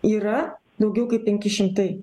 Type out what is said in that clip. yra daugiau kaip penki šimtai